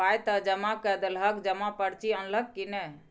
पाय त जमा कए देलहक जमा पर्ची अनलहक की नै